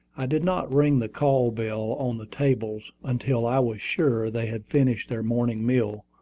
i did not ring the call-bell on the table until i was sure they had finished their morning meal,